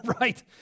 right